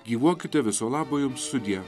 gyvuokite viso labo jums sudie